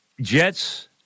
Jets